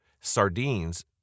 sardines